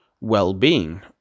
well-being